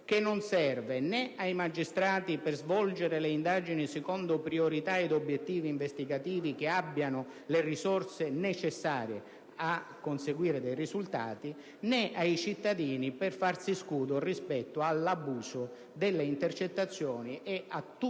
che non serve né ai magistrati per svolgere indagini secondo priorità e obiettivi investigativi e con le risorse necessarie a conseguire dei risultati, né ai cittadini per farsi scudo rispetto all'abuso delle intercettazioni e a tutto ciò